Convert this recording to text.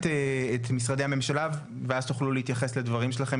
את משרדי הממשלה ואז תוכלו להתייחס לדברים שלכם,